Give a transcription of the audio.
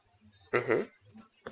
mmhmm